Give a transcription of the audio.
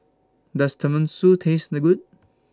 Does Tenmusu Taste Good